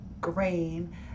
green